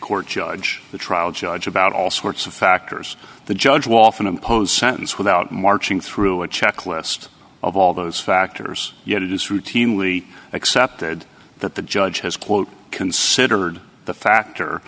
court judge the trial judge about all sorts of factors the judge walton impose sentence without marching through a checklist of all those factors yet it is routinely accepted that the judge has quote considered the factor